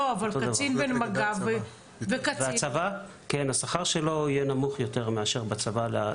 אבל קצין במג"ב ו --- השכר שלו יהיה נמוך יותר מאשר בצבא,